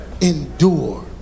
Endure